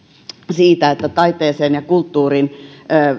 siitä että taiteeseen ja kulttuuriin